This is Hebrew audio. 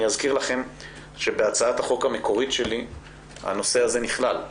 אני אזכיר לכם שבהצעת החוק המקורית שלי הנושא הזה נכלל.